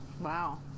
Wow